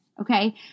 Okay